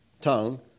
tongue